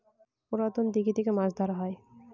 পুরাতন দিঘি গুলো থেকে মাছ ধরা হয়